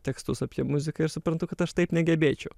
tekstus apie muziką ir suprantu kad aš taip negebėčiau